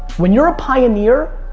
when you're a pioneer,